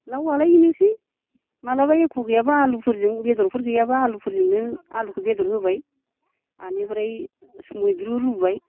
लावआलाय बेनोसै मालाबा एख' गैआबा आलुफोरजों बेद'रफोर गैयाबा आलुफोरजोंनो आलुखौ बेद'र होबाय बेनिफ्राय मैद्रु रुबाय